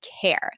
care